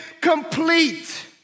complete